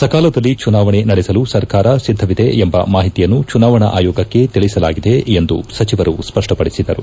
ಸಕಾಲದಲ್ಲಿ ಚುನಾವಣೆ ನಡೆಸಲು ಸರ್ಕಾರ ಸಿದ್ದವಿದೆ ಎಂಬ ಮಾಹಿತಿಯನ್ನು ಚುನಾವಣಾ ಆಯೋಗಕ್ಕೂ ತಿಳಿಸಲಾಗಿದೆ ಎಂದು ಸಚಿವರು ಸ್ಪಷ್ಟಪಡಿಸಿದರು